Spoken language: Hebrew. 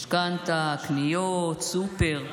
משכנתה, קניות, סופר.